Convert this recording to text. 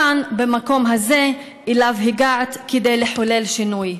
כאן, במקום הזה, שאליו הגעת כדי לחולל שינוי.